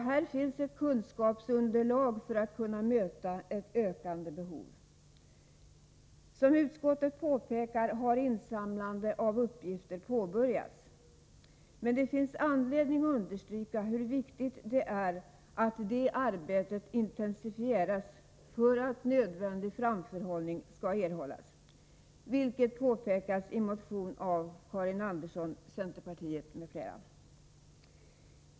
Här behövs ett kunskapsunderlag för att kunna möta ett ökande behov. Som utskottet påpekar har insamlande av uppgifter påbörjats. Det finns dock anledning att understryka hur viktigt det är att det arbetet intensifieras för att nödvändig framförhållning skall erhållas, vilket påpekas i motionen av Karin Andersson från centerpartiet, m.fl.